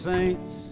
Saints